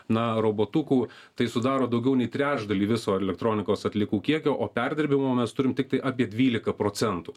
na robotukų tai sudaro daugiau nei trečdalį viso elektronikos atliekų kiekio o perdirbimo mes turime tiktai apie dvylika procentų